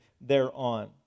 thereon